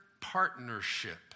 partnership